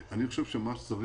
אני חושב שצריך